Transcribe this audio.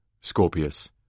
Scorpius